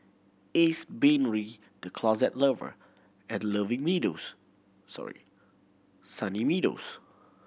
Ace Brainery The Closet Lover and Loving Meadows Sorry Sunny Meadows